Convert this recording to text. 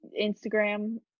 Instagram